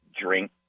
drink